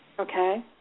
Okay